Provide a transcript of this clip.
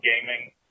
gaming